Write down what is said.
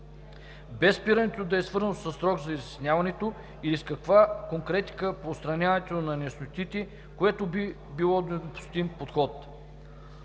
без спирането да е обвързано със срок за изясняването или с някаква конкретика по отстраняването на неяснотите, което би било недопустим подход.